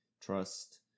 trust